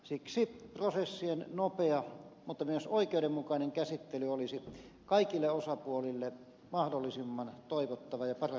siksi prosessien nopea mutta myös oikeudenmukainen käsittely olisi kaikille osapuolille mahdollisimman toivottava ja paras asia